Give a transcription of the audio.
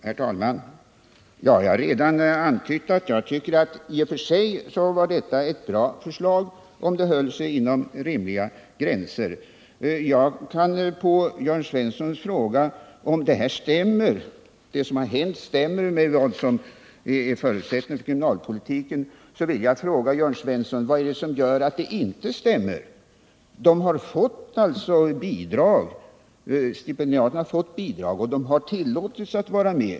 Herr talman! Jag har redan antytt att jag tycker att i och för sig var detta ett bra förslag, om det höll sig inom rimliga gränser. Jörn Svensson frågade om det som har hänt stämmer med vad som är förutsättningen för kriminalpolitiken. Då vill jag i min tur fråga Jörn Svensson: Vad är det som gör att det inte stämmer? Stipendiaterna har fått bidrag och tillåtits att vara med.